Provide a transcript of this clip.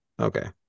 Okay